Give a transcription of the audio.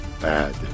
bad